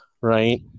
right